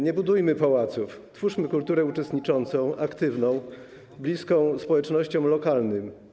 Nie budujmy pałaców, twórzmy kulturę uczestniczącą, aktywną, bliską społecznościom lokalnym.